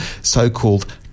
so-called